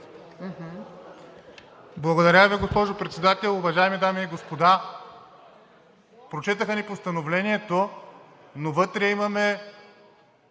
Благодаря Ви, госпожо Председател. Уважаеми дами и господа, прочетоха ни постановлението, но вътре има